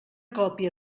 còpia